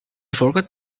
forgot